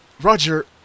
Roger